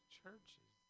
churches